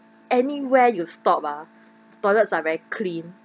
anywhere you stop ah toilets are very clean